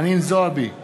חנין זועבי,